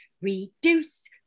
Reduce